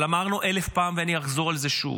אבל אמרנו אלף פעם, ואני אחזור על זה שוב: